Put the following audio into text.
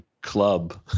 club